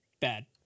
bad